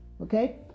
Okay